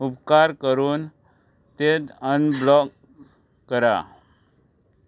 उपकार करून तें अनब्लॉक करा